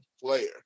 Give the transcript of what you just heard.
player